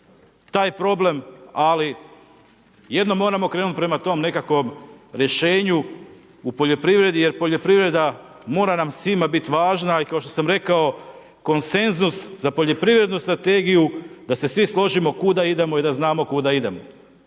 taj problem, ali jednom moramo prema tom nekakvom rješenju u poljoprivredi jer poljoprivreda mora nam svima bit važna i kao što sam rekao, konsenzus za poljoprivrednu strategiju da se svi složimo kuda idemo i da znamo kuda idemo.